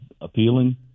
appealing